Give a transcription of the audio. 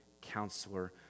counselor